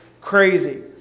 crazy